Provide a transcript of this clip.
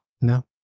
No